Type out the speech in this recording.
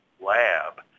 lab